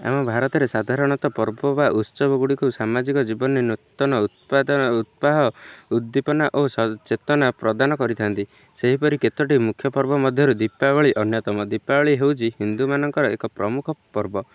ଆମ ଭାରତରେ ସାଧାରଣତଃ ପର୍ବ ବା ଉତ୍ସବ ଗୁଡ଼ିକୁ ସାମାଜିକ ଜୀବନରେ ନୂତନ ଉତ୍ପାଦନ ଉତ୍ସାହ ଉଦୀପନା ଓ ଚେତନା ପ୍ରଦାନ କରିଥାନ୍ତି ସେହିପରି କେତୋଟି ମୁଖ୍ୟ ପର୍ବ ମଧ୍ୟରୁ ଦୀପାବଳି ଅନ୍ୟତମ ଦୀପାବଳି ହେଉଛି ହିନ୍ଦୁମାନଙ୍କର ଏକ ପ୍ରମୁଖ ପର୍ବ